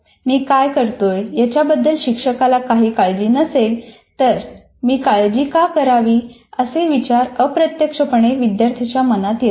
मी काय करतोय याच्याबद्दल शिक्षकाला काही काळजी नसेल तर मी काळजी का करावी असे विचार अप्रत्यक्षपणे विद्यार्थ्यांच्या मनात येतात